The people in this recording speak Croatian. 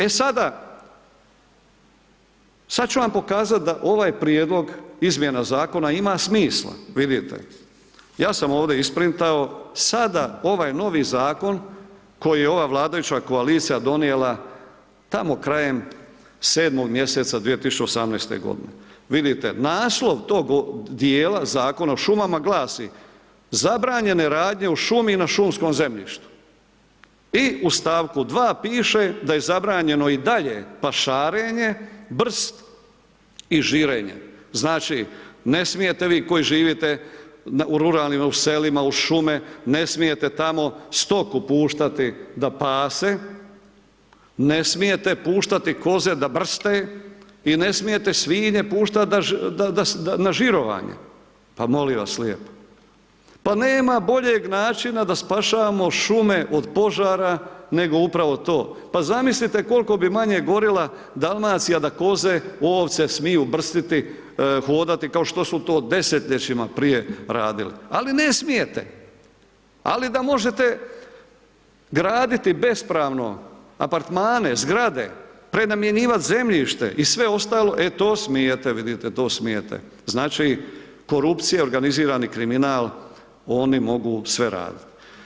E sada, sad ću vam pokazat da ovaj prijedlog izmjena zakona ima smisla, vidite, ja sam ovdje isprintao, sada ovaj novi zakon koji je ova vladajuća koalicija donijela tamo krajem 7. mjeseca 2018.g., vidite, naslov tog dijela Zakona o šumama glasi: „Zabranjene radnje u šumi i na šumskom zemljištu“ i u st. 2. piše da je zabranjeno i dalje pašarenje, brst i žirenje, znači, ne smijete vi koji živite u ruralnima, u selima, uz šume, ne smijete tamo stoku puštati da pase, ne smijete puštati koze da brste i ne smijete svinje puštat da, na žirovanje, pa molim vas lijepo, pa nema boljeg načina da spašavamo šume od požara, nego upravo to, pa zamislite koliko bi manje gorila Dalmacija da koze, ovce smiju brstiti, hodati, kao što su to desetljećima prije radili, ali ne smijete, ali da možete graditi bespravno apartmane, zgrade, prenamjenjivat zemljište i sve ostalo, e to smijete, vidite, to smijete, znači, korupcija i organizirani kriminal, oni mogu sve radit.